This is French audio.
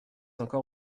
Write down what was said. encore